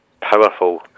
powerful